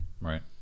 right